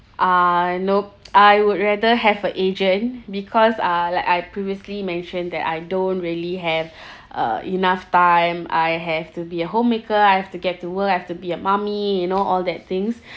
uh no I would rather have a agent because uh like I previously mentioned that I don't really have uh enough time I have to be a homemaker I have to get to work I have to be a mummy you know all that things